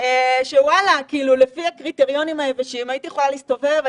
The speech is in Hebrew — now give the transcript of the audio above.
בידוד כשלפי הקריטריונים היבשים הייתי יכולה להסתובב,